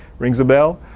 rings a bell?